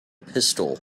pistol